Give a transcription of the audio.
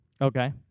Okay